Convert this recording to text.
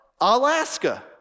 Alaska